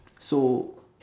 so